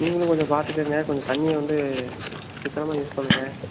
நீங்களும் கொஞ்சம் பார்த்துக்கங்க கொஞ்சம் தண்ணியை வந்து சிக்கனமாக யூஸ் பண்ணுங்கள்